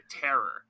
terror